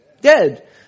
dead